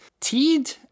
Teed